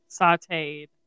sauteed